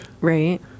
Right